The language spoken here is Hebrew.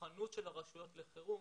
במוכנות של הרשויות לחירום,